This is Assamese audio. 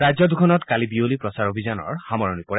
ৰাজ্য দুখনত কালি বিয়লি প্ৰচাৰ অভিযানৰ সামৰণি পৰে